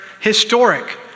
historic